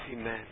Amen